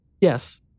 Yes